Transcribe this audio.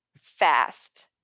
fast